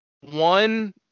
one